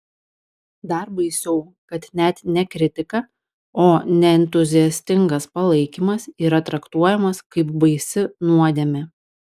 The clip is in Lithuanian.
dar baisiau kad net ne kritika o neentuziastingas palaikymas yra traktuojamas kaip baisi nuodėmė